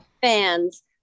fans